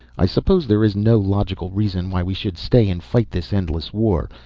i suppose there is no logical reason why we should stay and fight this endless war.